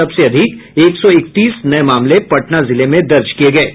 सबसे अधिक एक सौ इकतीस नये मामले पटना जिले में दर्ज किये गये हैं